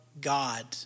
God